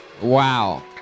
Wow